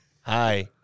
Hi